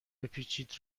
بپیچید